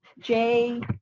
j